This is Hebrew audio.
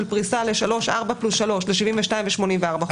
של פריסה ל-72 ו-84 חודשים.